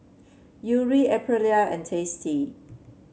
Yuri Aprilia and Tasty